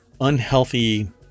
unhealthy